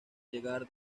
llegar